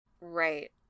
Right